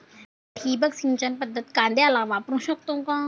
ठिबक सिंचन पद्धत कांद्याला वापरू शकते का?